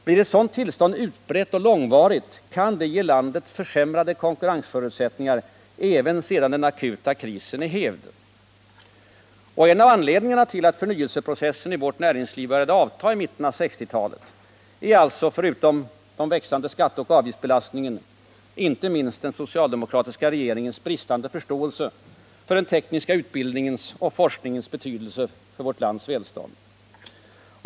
Blir ett sådant tillstånd utbrett och långvarigt, kan det ge landet försämrade konkurrensförutsättningar även sedan den akuta krisen är hävd.” En av anledningarna till att förnyelseprocessen i vårt näringsliv började avta i mitten av 1960-talet är alltså, förutom den växande skatteoch avgiftsbelastningen, inte minst den socialdemokratiska regeringens bristande förståelse för den tekniska utbildningens och forskningens betydelse för vårt lands välstånd.